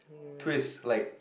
twist like